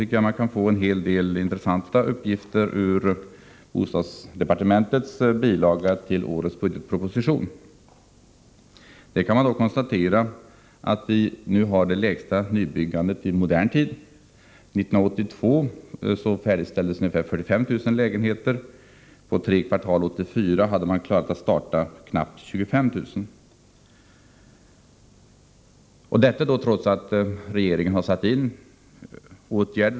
En hel del intressanta uppgifter kan man få om man läser bostadsdepartementets bilaga till årets budgetproposition. Utifrån de uppgifterna kan man konstatera att vi nu har det lägsta nybyggandet i modern tid. 1982 färdigställdes ungefär 45 000 lägenheter. Under tre kvartal 1984 klarade man av att starta byggandet av knappt 25 000 lägenheter, detta trots att regeringen vidtagit olika åtgärder.